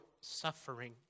suffering